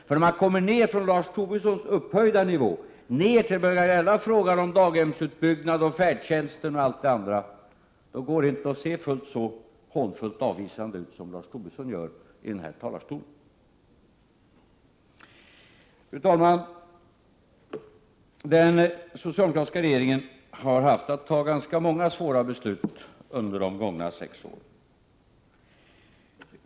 För när man kommer ner från Lars Tobissons upphöjda nivå till frågor om daghemsutbyggnad, färdtjänst och allt det andra, går det inte att se fullt så hånfullt avvisande ut som Lars Tobisson gör i den här talarstolen. Fru talman! Den socialdemokratiska regeringen har måst fatta ganska många svåra beslut under de gångna sex åren.